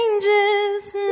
changes